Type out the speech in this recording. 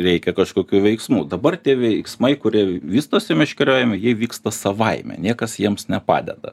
reikia kažkokių veiksmų dabar tie veiksmai kurie vystosi meškeriojami jie vyksta savaime niekas jiems nepadeda